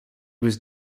was